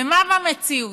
ומה במציאות?